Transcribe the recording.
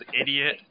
idiot